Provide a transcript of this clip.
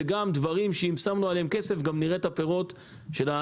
דברים שאם שמנו עליהם כסף גם נראה את הפירות של זה.